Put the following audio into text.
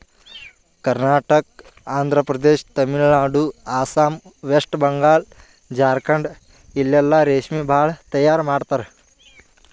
Karnataka, Andhra Pradesh, Tamil Nadu, Assam, West Bengal, Jharkhand ಇಲ್ಲೆಲ್ಲಾ ರೇಶ್ಮಿ ಭಾಳ್ ತೈಯಾರ್ ಮಾಡ್ತರ್